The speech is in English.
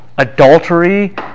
Adultery